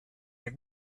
have